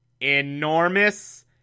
Enormous